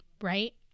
right